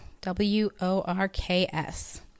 W-O-R-K-S